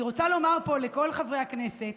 אני רוצה לומר פה לכל חברי הכנסת